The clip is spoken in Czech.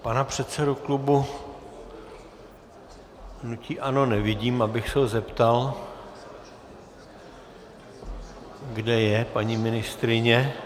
Pana předsedu klubu hnutí ANO nevidím, abych se ho zeptal, kde je paní ministryně.